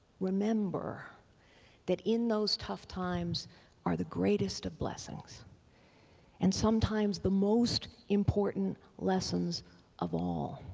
remember that in those tough times are the greatest of blessings and sometimes the most important lessons of all.